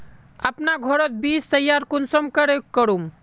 अपना घोरोत बीज तैयार कुंसम करे करूम?